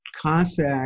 Cossack